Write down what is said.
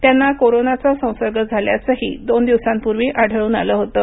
त्यांना कोरोनाचा संसर्ग झाल्याचंही दोन दिवसांपूर्वी आढळून आलं होतं